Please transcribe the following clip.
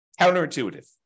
counterintuitive